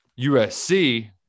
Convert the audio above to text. USC –